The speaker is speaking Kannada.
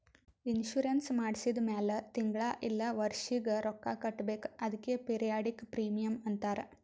ಇನ್ಸೂರೆನ್ಸ್ ಮಾಡ್ಸಿದ ಮ್ಯಾಲ್ ತಿಂಗಳಾ ಇಲ್ಲ ವರ್ಷಿಗ ರೊಕ್ಕಾ ಕಟ್ಬೇಕ್ ಅದ್ಕೆ ಪಿರಿಯಾಡಿಕ್ ಪ್ರೀಮಿಯಂ ಅಂತಾರ್